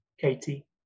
katie